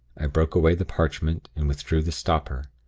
i broke away the parchment, and withdrew the stopper.